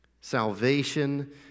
Salvation